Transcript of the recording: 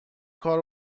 کار